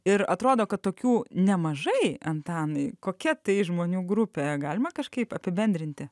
ir atrodo kad tokių nemažai antanai kokia tai žmonių grupė galima kažkaip apibendrinti